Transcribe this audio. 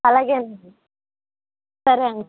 అలాగే అండి సరే అండి